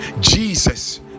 jesus